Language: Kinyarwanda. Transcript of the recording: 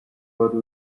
wari